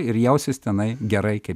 ir jausis tenai gerai kaip